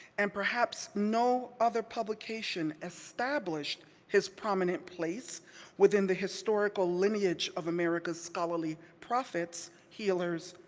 and perhaps no other publication established his prominent place within the historical lineage of america's scholarly prophets, healers,